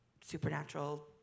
supernatural